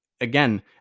again